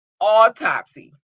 autopsy